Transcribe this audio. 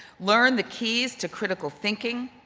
learn the keys to critical thinking,